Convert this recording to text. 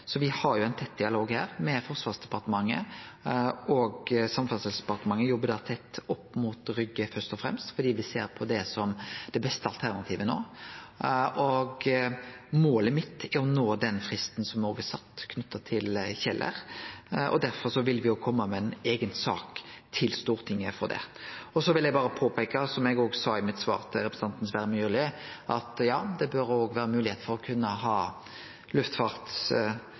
har ein tett dialog med Forsvarsdepartementet, og Samferdselsdepartementet jobbar først og fremst tett opp mot Rygge fordi me ser på det som det beste alternativet no. Målet mitt er å nå den fristen som er sett knytt til Kjeller, og derfor vil me kome med ei eiga sak om det til Stortinget. Så vil eg berre påpeike, som eg sa i svaret mitt til representanten Sverre Myrli, at det bør vere moglegheit for å kunne ha